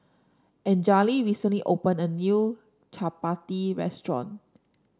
Anjali recently opened a new Chapati restaurant